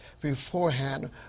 beforehand